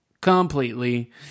completely